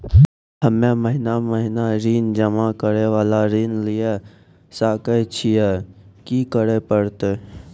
हम्मे महीना महीना ऋण जमा करे वाला ऋण लिये सकय छियै, की करे परतै?